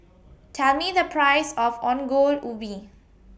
Tell Me The Price of Ongol Ubi